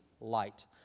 light